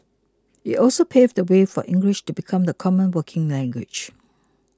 it also paved the way for English to become the common working language